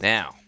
Now